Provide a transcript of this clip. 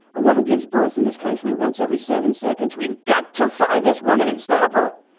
a woman gives birth in this country once every seven seconds. we've got to find this woman and stop her.